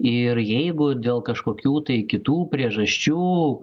ir jeigu dėl kažkokių tai kitų priežasčių